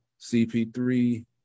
CP3